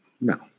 no